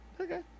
Okay